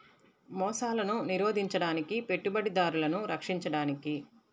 మోసాలను నిరోధించడానికి, పెట్టుబడిదారులను రక్షించడానికి